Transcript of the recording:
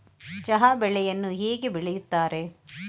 ಚಹಾ ಬೆಳೆಯನ್ನು ಹೇಗೆ ಬೆಳೆಯುತ್ತಾರೆ?